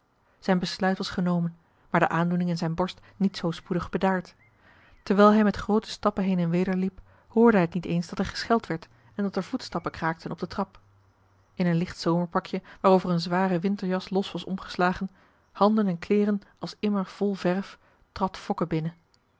zijn besluit was genomen maar de aandoening in zijn borst niet zoo spoedig bedaard terwijl hij met groote stappen heen en weder liep hoorde hij t niet eens dat er gescheld werd en dat er voetstappen kraakten op de trap in een licht zomerpakje waarover een zware winterjas los was omgeslagen handen en kleeren als immer vol verf trad fokke binnen